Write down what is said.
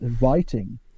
writing